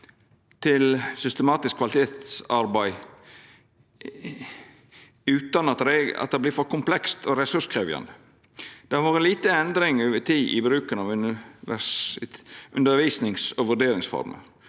til systematisk kvalitetsarbeid utan at det vert for komplekst og ressurskrevjande. Det har vore lite endring over tid i bruken av undervisnings- og vurderingsformer